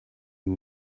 you